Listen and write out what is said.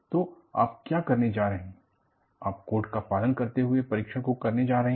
तो आप क्या करने जा रहे हैं आप कोड का पालन करते हुए परीक्षण को करने जा रहे हैं